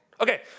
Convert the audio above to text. Okay